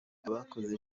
abakoze